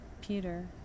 Peter